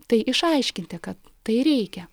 tai išaiškinti kad tai reikia